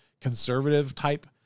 conservative-type